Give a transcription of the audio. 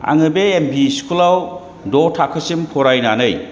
आङो बे एमभि स्कुलाव द' थाखोसिम फरायनानै